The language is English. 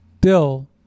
bill